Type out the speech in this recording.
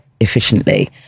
efficiently